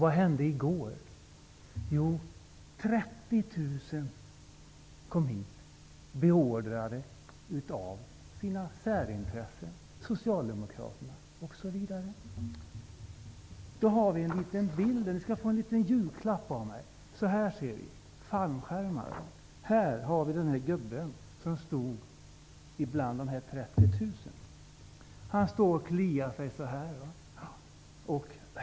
I går kom 30 000 människor hit, beordrade av särintressen som Socialdemokraterna osv. Ni skall få en liten bild i julklapp av mig: Vi ser en gubbe som står ibland dessa 30 000 människor och kliar sig i huvudet.